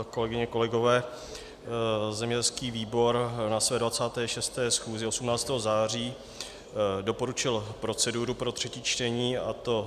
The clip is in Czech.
Kolegyně, kolegové, zemědělský výbor na své 26. schůzi 18. září doporučil proceduru pro třetí čtení, a to: